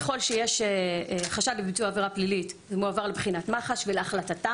ככל שיש חשד לביצוע עבירה פלילית זה מועבר לבחינת מח"ש ולהחלטתם.